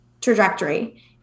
trajectory